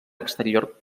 exterior